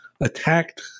attacked